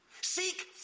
seek